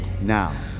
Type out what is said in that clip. now